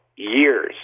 Years